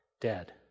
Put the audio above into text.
dead